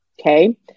Okay